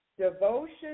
devotion